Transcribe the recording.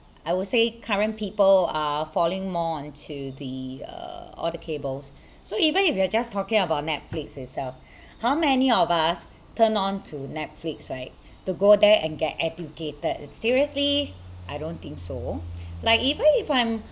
I would say current people are falling more on to the uh all the cables so even if you are just talking about Netflix itself how many of us turn on to Netflix right to go there and get educated seriously I don't think so like even if I'm